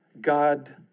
God